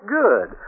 good